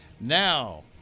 Now